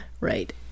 Right